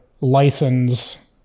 license